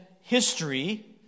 history